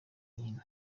nkino